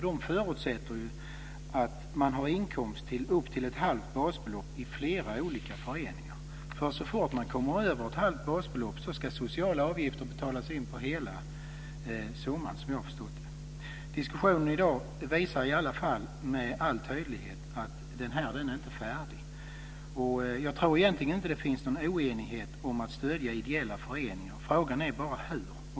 De förutsätter ju att man har inkomster upp till ett halvt basbelopp i flera olika föreningar. Så fort man kommer ovanför ett halvt basbelopp ska sociala avgifter betalas in på hela summan, såvitt jag förstår. Diskussionen här i dag visar med all tydlighet att vi inte är färdiga med detta. Egentligen finns det ingen oenighet om detta med att stödja ideella föreningar. Frågan är bara hur.